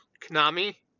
Konami